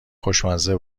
خوشمزه